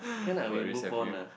can lah we move on ah